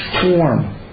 form